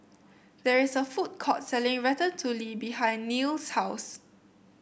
there is a food court selling Ratatouille behind Neal's house